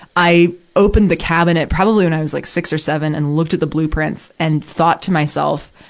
i opened the cabinet, probably when i was like six or seven, and looked at the blueprints and thought to myself,